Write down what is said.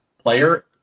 player